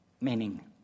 meaning